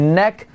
neck